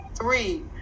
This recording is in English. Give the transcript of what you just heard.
Three